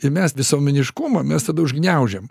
ir mes visuomeniškumą mes tada užgniaužiam